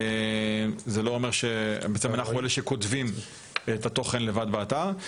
לא אומר שאנחנו אלה שכותבים את התוכן לבד באתר.